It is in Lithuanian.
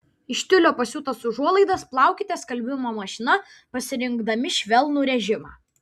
iš tiulio pasiūtas užuolaidas plaukite skalbimo mašina pasirinkdami švelnų režimą